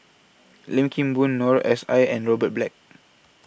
Lim Kim Boon Noor S I and Robert Black